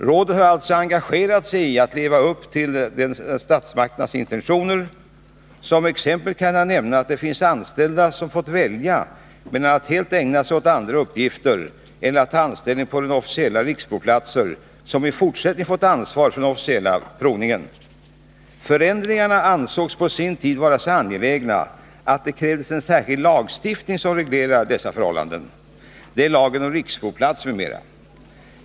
Rådet har engagerat sig i att leva upp till statsmakternas intentioner. Som exempel kan jag nämna att det finns anställda som har fått välja mellan att helt ägna sig andra uppgifter och att ta anställning vid de officiella riksprovplatser som i fortsättningen fått ansvar för den officiella provningen. Förändringarna ansågs på sin tid vara så angelägna att det krävdes en särskild lagstiftning som reglerar dessa förhållanden — det är lagen om riksprovplatser m.m.